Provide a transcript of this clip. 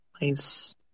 Nice